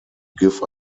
give